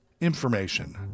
information